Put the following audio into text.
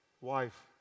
wife